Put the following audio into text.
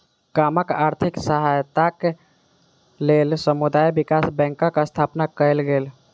गामक आर्थिक सहायताक लेल समुदाय विकास बैंकक स्थापना कयल गेल